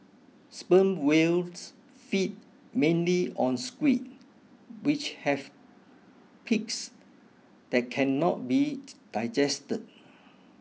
sperm whales feed mainly on squid which have beaks that cannot be digested